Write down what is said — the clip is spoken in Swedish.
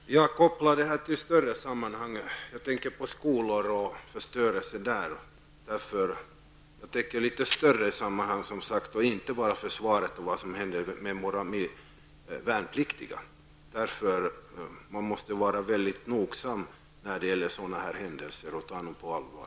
Herr talman! Jag sätter in det här i ett större sammanhang, bl.a. den förstörelse som sker på skolor. Jag tänker inte bara på vad som händer bland de värnpliktiga i vårt försvar. Man måste vara mycket noga med att ta sådana här händelser på allvar.